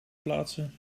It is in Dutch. plaatsen